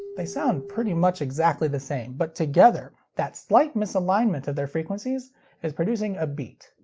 they sound pretty much exactly the same. but together, that slight misalignment of their frequencies is producing a beat.